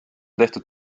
tehtud